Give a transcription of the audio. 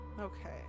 Okay